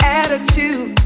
attitude